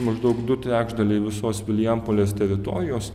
maždaug du trečdaliai visos vilijampolės teritorijos